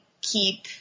keep